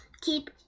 keep